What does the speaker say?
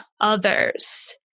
others